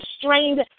strained